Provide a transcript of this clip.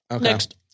Next